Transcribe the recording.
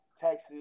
Texas